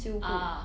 修复